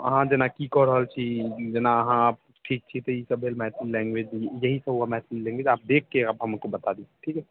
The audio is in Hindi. हाँ जना की करलछी जना हाँ ठीक छी तो ये सब मैथिली लैंग्वेज यही तो होगा मैथिली लैंग्वेज आप देख के आप हमको बता दीजिए ठीक है